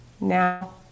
Now